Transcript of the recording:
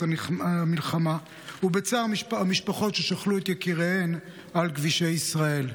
המלחמה ובצער המשפחות ששכלו את יקיריהן על כבישי ישראל,